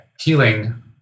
Healing